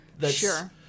Sure